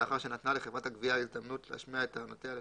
לאחר שנתנה לחברת הגבייה הזדמנות להשמיע את טענותיה לפניה,